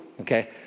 okay